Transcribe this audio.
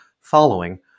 following